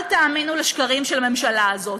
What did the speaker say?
אל תאמינו לשקרים של הממשלה הזאת.